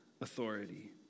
authority